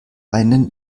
einen